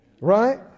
Right